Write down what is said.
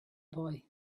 boy